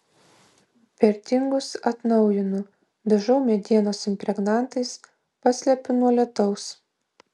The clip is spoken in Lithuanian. vertingus atnaujinu dažau medienos impregnantais paslepiu nuo lietaus